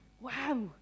Wow